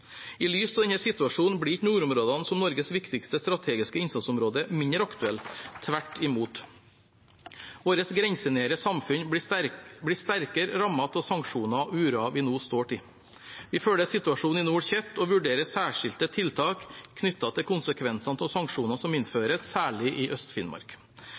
I lys av denne situasjonen blir ikke nordområdene som Norges viktigste strategiske satsingsområde mindre aktuell – tvert imot. Våre grensenære samfunn blir sterkere rammet av sanksjoner og uroen vi nå står i. Vi følger situasjonen i nord tett og vurderer særskilte tiltak knyttet til konsekvensene av sanksjonene som innføres, særlig i